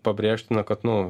pabrėžtina kad nu